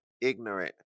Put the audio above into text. ignorant